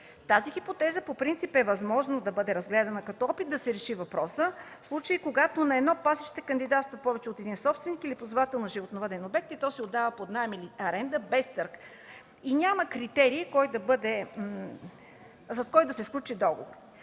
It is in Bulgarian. Тази хипотеза по принцип е възможно да бъде разгледана като опит да се реши въпросът, в случай когато на едно пасище кандидатства повече от един собственик или следователно животновъден обект и то се отдава под наем или аренда без търг и няма критерии с кой да се сключи договор.